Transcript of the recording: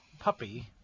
puppy